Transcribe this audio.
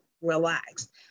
relaxed